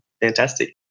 Fantastic